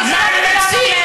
את יכולה ללבוש שמלה